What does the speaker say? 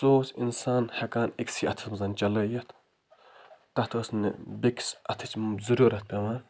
سُہ اوس اِنسان ہٮ۪کان أکۍسٕے اَتھَس منٛز چَلٲوِتھ تتھ ٲس نہٕ بیٚکِس اَتھٕچ ضُروٗرت پٮ۪وان